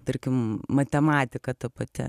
tarkim matematika ta pati